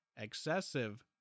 Excessive